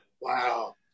Wow